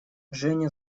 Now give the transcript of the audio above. женя